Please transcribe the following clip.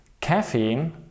caffeine